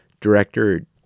director